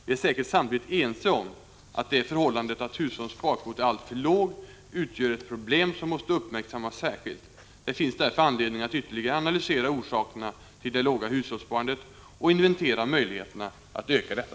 Vi är säkert samtidigt ense om att det förhållandet att hushållens sparkvot är alltför låg utgör ett problem som måste uppmärksammas särskilt. Det finns därför anledning att ytterligare analysera orsakerna till det låga hushållssparandet och inventera möjligheterna att öka detta.